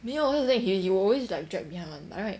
没有 here's the thing he'll he'll always like drag behind [one] but right